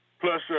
plus